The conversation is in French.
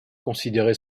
considéré